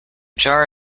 jar